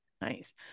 Nice